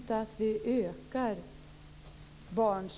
Fru talman!